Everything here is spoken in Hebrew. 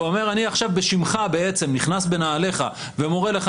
ואומר אני עכשיו בשמך בעצם נכנס בנעליך ומורה לך